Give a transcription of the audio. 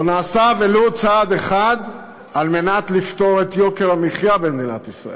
לא נעשה ולו צעד אחד על מנת לפתור את בעיית יוקר המחיה במדינת ישראל.